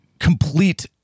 complete